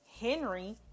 Henry